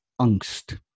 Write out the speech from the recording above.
angst